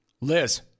Liz